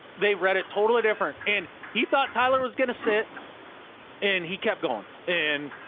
they read it totally different and he thought tyler was going to sit and he kept going and.